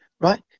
right